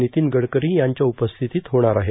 नितीन गडकरी यांच्या उपस्थितीत होणार आहे